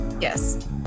Yes